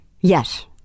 Yes